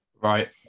right